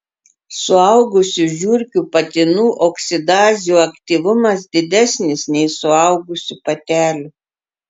suaugusių žiurkių patinų oksidazių aktyvumas didesnis nei suaugusių patelių